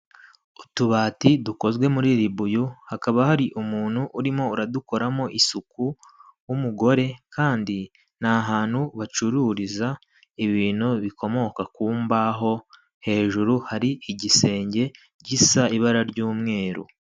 Utubati dukozwe muri ribuyu hakaba hari umuntu urimo uradukoramo isuku w'umugore kandi ni ahantu bacururiza ibintu bikomoka ku mbaho hejuru hari igisenge gisa ibara ry'umweru.